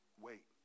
Wait